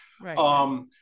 Right